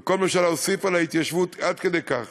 וכל ממשלה הוסיפה להתיישבות, עד כדי כך